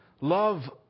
Love